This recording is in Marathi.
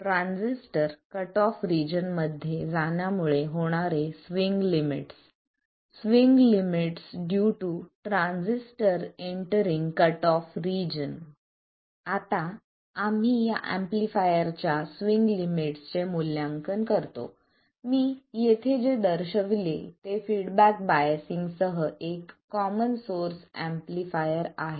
ट्रान्झिस्टर कट ऑफ रिजन मध्ये जाण्यामुळे होणारे स्विंग लिमिट्स आता आम्ही या एम्पलीफायर च्या स्विंग लिमिट्सचे मूल्यांकन करतो मी येथे जे दर्शविले ते फीडबॅक बायसिंगसह एक कॉमन सोर्स एम्पलीफायर आहे